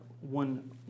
one